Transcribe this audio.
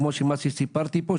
כדי שלא יקרה מה שסיפרתי פה.